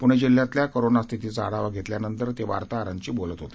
पृणे जिल्ह्यातल्या कोरोना स्थितीचा आढावा घेतल्यानंतर ते वार्ताहरांशी बोलत होते